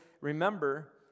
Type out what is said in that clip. remember